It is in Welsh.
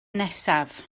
nesaf